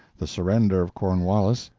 the surrender of cornwallis,